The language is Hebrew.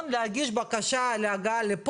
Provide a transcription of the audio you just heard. אף אחד לא רוצה לחבל ואף אחד לא מרמה.